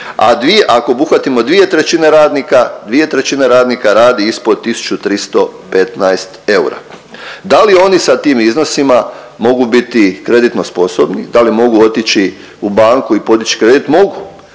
ako obuhvatilo 2/3 radnika, 2/3 radnika radi ispod 1315 eura. Da li oni sa tim iznosima mogu biti kreditno sposobni? Da li mogu otići u banku i podići kredit? Mogu.